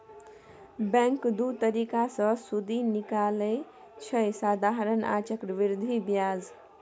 bank दु तरीका सँ सुदि निकालय छै साधारण आ चक्रबृद्धि ब्याज